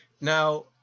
Now